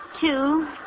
Two